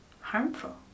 harmful